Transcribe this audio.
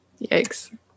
Yikes